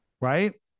Right